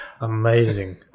Amazing